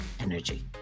Energy